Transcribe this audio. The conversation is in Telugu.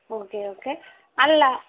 okay okay అందలా